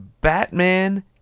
Batman